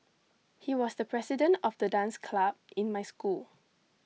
he was the president of the dance club in my school